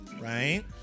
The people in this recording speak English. right